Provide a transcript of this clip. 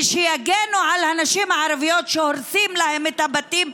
שיגנו על הנשים הערביות שהורסים להן את הבתים,